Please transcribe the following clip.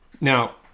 Now